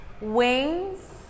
Wings